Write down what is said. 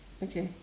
okay